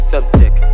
Subject